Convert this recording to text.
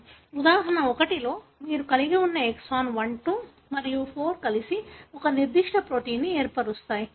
ఉదాహరణ 1 లో మీరు కలిగి ఉన్న ఎక్సాన్ 1 2 మరియు 4 కలిసి ఒక నిర్దిష్ట ప్రోటీన్ను ఏర్పరుస్తాయి